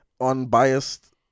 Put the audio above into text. unbiased